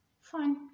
Fine